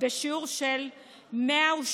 בשיעור של 188%,